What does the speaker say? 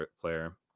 player